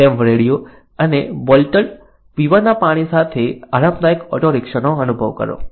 FM radio અને bottled પીવાના પાણી સાથે આરામદાયક ઓટો રિક્ષાનો અનુભવ કરો